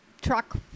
truck